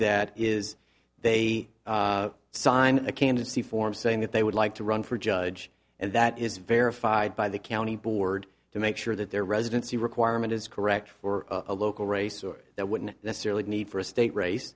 that is they sign a candidacy form saying that they would like to run for judge and that is verified by the county board to make sure that their residency requirement is correct for a local race or that wouldn't necessarily need for a state race